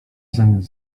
zamiast